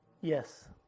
yes